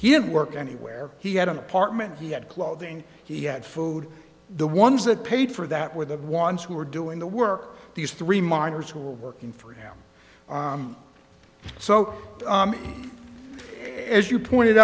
didn't work anywhere he had an apartment he had clothing he had food the ones that paid for that were the ones who were doing the work these three miners who were working for him so as you pointed